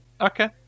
Okay